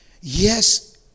Yes